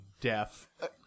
death